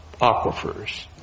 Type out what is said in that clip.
aquifers